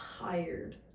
tired